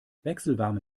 wechselwarme